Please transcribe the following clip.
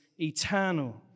eternal